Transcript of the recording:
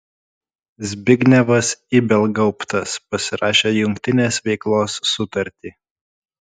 zbignevas ibelgauptas pasirašė jungtinės veiklos sutartį